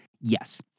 yes